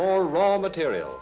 more raw material